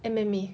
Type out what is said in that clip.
M_M_A